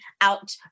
out